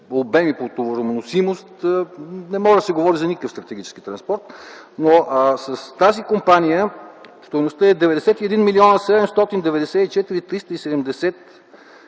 обем и товароносимост не може да се говори за никакъв стратегически транспорт. С тази компания стойността е 91 млн. 794 хил.